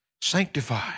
Sanctify